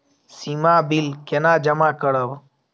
सीमा bill केना जमा करब?